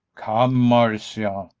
come, marcia,